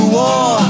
war